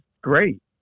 great